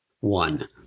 One